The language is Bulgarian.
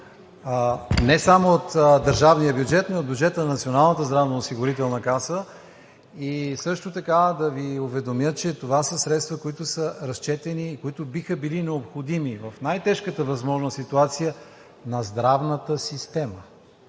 не само от държавния бюджет, но и от бюджета на Националната здравноосигурителна каса, и също така да Ви уведомя, че това са средства, които са разчетени, които биха били необходими в най тежката възможна ситуация на здравната система.